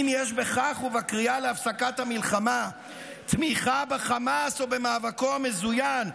האם יש בכך ובקריאה להפסקת המלחמה תמיכה בחמאס או במאבקו המזוין,